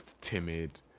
timid